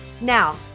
Now